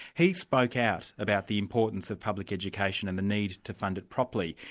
he spoke out about the importance of public education and the need to fund it properly.